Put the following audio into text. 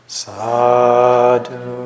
sadhu